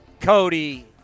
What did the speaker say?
Cody